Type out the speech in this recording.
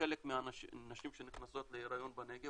חלק מהנשים שנכנסות להיריון בנגב